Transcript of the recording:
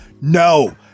no